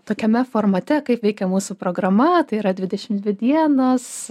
tokiame formate kaip veikia mūsų programa tai yra dvidešimt dvi dienas